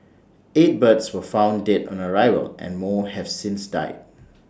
eight birds were found dead on arrival and more have since died